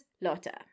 Lotta